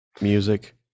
Music